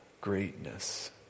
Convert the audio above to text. greatness